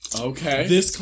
Okay